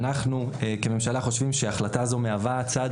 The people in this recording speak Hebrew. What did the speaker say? אנחנו כממשלה חושבים שההחלטה הזו מהווה צעד